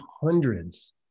hundreds